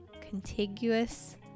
contiguous